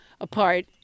apart